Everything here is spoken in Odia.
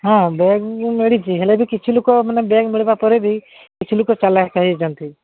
ହଁ ଲଢ଼ିଛି ହେଲେ ବି କିଛି ଲୋକମାନେ ପରେ ବି କିଛି ଲୋକ ଚାଲାକ୍ ହୋଇଛନ୍ତି